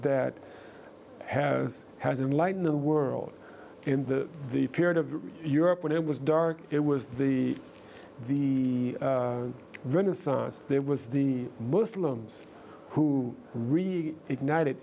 that has has been light in the world in the the period of europe when it was dark it was the the renaissance that was the muslims who really ignited